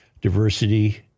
diversity